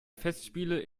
festspiele